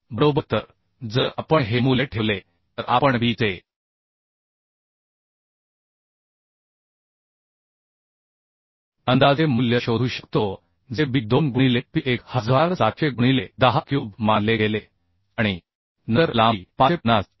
बरोबर तर जर आपण हे मूल्य ठेवले तर आपण b चे अंदाजे मूल्य शोधू शकतो जे b 2 गुणिले P 1700 गुणिले 10 क्यूब मानले गेले आणि नंतर लांबी 550 आणि 0